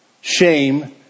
shame